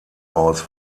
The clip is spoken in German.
aus